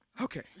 Okay